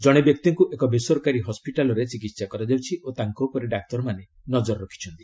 ଜଣେ ବ୍ୟକ୍ତିଙ୍କୁ ଏକ ବେସରକାରୀ ହସ୍କିଟାଲରେ ଚିକିତ୍ସା କରାଯାଉଛି ଓ ତାଙ୍କ ଉପରେ ଡାକ୍ତରମାନେ ନକର ରଖିଛନ୍ତି